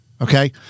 okay